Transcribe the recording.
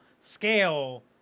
scale